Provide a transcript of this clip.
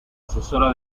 asesora